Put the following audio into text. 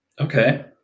Okay